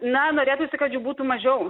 na norėtųsi kad jų būtų mažiau